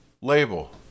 label